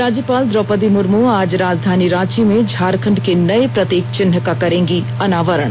राज्यपाल द्रौपदी मुर्मू आज राजधानी रांची में झारखंड के नए प्रतीक चिन्ह का करेंगी अनावरण